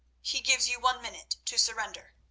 he gives you one minute to surrender.